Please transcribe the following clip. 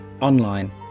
online